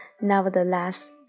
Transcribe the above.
nevertheless